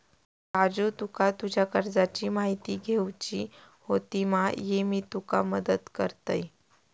राजू तुका तुज्या कर्जाची म्हायती घेवची होती मा, ये मी तुका मदत करतय